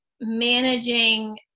managing